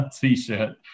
T-shirt